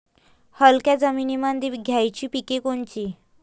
हलक्या जमीनीमंदी घ्यायची पिके कोनची?